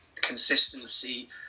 consistency